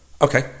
Okay